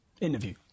interview